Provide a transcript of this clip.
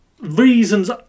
reasons